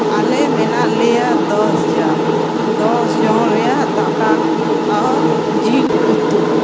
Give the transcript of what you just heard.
ᱟᱞᱮ ᱢᱮᱱᱟᱜ ᱞᱮᱭᱟ ᱫᱚᱥ ᱡᱚᱱ ᱫᱚᱥ ᱡᱚᱱ ᱨᱮᱭᱟᱜ ᱫᱟᱠᱟ ᱟᱨ ᱡᱤᱞ ᱩᱛᱩ